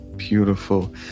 beautiful